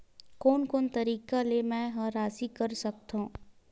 कोन कोन तरीका ले मै ह राशि कर सकथव?